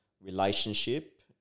relationship